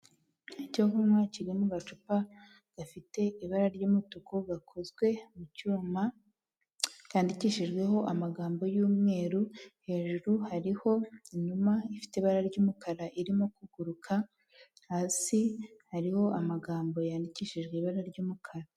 Icyo kunywa kiri mu gacupa gafite ibara ry'umutuku gakozwe mu cyuma kandikishijweho amagambo y'umweru, hejuru hariho inuma ifite ibara ry'umukara irimo kuguruka, hasi hariho amagambo yandikishijwe ibara ry'umukara.